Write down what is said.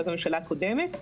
מאז הממשלה הקודמת,